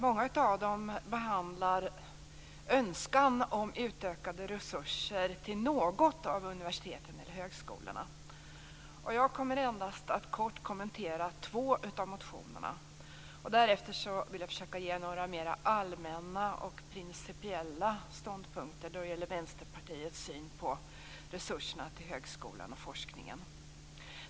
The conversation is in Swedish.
Många av dem behandlar önskan om utökade resurser till något av universiteten eller högskolorna. Jag kommer endast att kort kommentera två av motionerna. Därefter vill jag försöka att ge några mer allmänna och principiella ståndpunkter då det gäller Vänsterpartiets syn på resurserna till högskolan och forskningen.